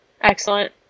Excellent